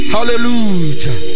Hallelujah